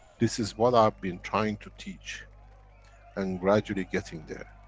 this is what i've been trying to teach and gradually getting there.